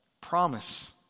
Promise